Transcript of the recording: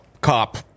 cop